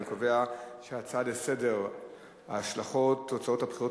אני קובע שההצעות לסדר-היום בנושא השלכות תוצאות הבחירות